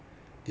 ya